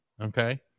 Okay